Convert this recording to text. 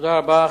תודה רבה.